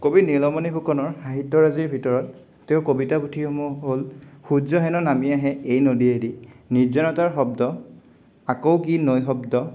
কবি নীলমণি ফুকনৰ সাহিত্যৰাজীৰ ভিতৰত তেওঁৰ কবিতা পুথিসমূহ হ'ল সূৰ্যহেনো নামি আহে এই নদীয়েদি নিৰ্জনতাৰ শব্দ আকৌ কি নৈ শব্দ